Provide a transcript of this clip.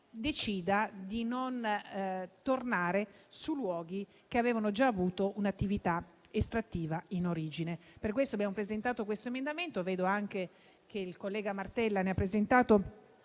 decida di non tornare su luoghi che avevano già avuto un'attività estrattiva in origine. Per questo abbiamo presentato questo emendamento. Vedo che il collega Martella ne ha presentato